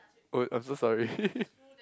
oh I'm so sorry